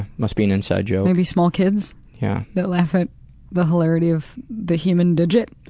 must be an inside jokes. maybe small kids yeah that laugh at the hilarity of the human digit.